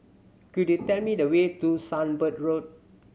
could you tell me the way to Sunbird Road